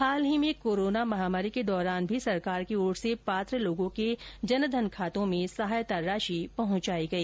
हाल ही में कोरोना महामारी के दौरान भी सरकार की ओर से पात्र लोगों के जन धन खातों में सहायता राशि पहुंचाई गई